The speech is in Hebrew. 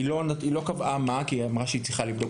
היא לא קבעה מה כי היא אמרה שהיא צריכה לבדוק.